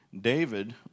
David